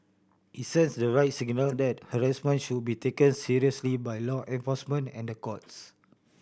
it sends the right signal that harassment should be taken seriously by law enforcement and the courts